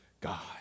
God